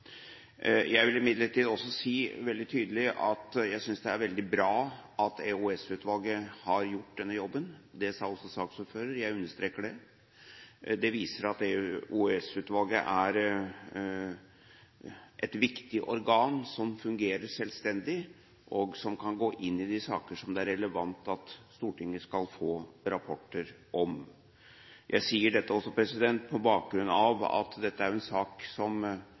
Jeg vil imidlertid også si veldig tydelig at jeg synes det er veldig bra at EOS-utvalget har gjort denne jobben. Det sa også saksordføreren. Jeg understreker det. Det viser at EOS-utvalget er et viktig organ, som fungerer selvstendig, og som kan gå inn i de saker som det er relevant at Stortinget skal få rapporter om. Jeg sier dette også på bakgrunn av at dette er en sak som